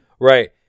Right